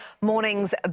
morning's